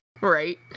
right